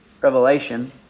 Revelation